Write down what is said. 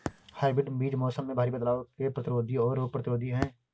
hybrid बीज मौसम में भारी बदलाव के प्रतिरोधी और रोग प्रतिरोधी हैं